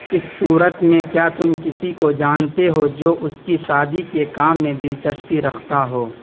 اس صورت میں کیا تم کسی کو جانتے ہو جو اس کی شادی کے کام میں دلچسپی رکھتا ہو